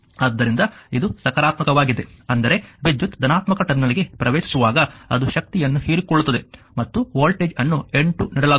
ಆದ್ದರಿಂದ ಇದು ಸಕಾರಾತ್ಮಕವಾಗಿದೆ ಅಂದರೆ ವಿದ್ಯುತ್ ಧನಾತ್ಮಕ ಟರ್ಮಿನಲ್ಗೆ ಪ್ರವೇಶಿಸುವಾಗ ಅದು ಶಕ್ತಿಯನ್ನು ಹೀರಿಕೊಳ್ಳುತ್ತದೆ ಮತ್ತು ವೋಲ್ಟೇಜ್ ಅನ್ನು 8 ನೀಡಲಾಗುತ್ತದೆ